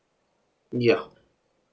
ya